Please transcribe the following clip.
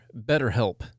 BetterHelp